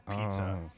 Pizza